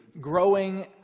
growing